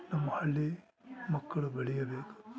ನಮ್ಮ ಹಳ್ಳಿ ಮಕ್ಕಳು ಬೆಳೆಯಬೇಕು